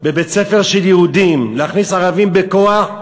בבית-ספר של יהודים, להכניס ערבים בכוח,